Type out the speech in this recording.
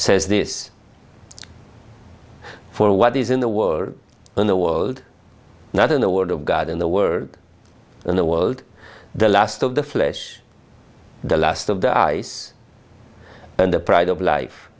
says this for what is in the world in the world not in the world of god in the world in the world the lust of the flesh the lust of the eyes and the pride of life